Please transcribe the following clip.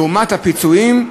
לעומת הפיצויים,